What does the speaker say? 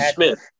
Smith